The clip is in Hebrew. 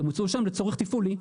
הם הוצאו לצורך תפעולי.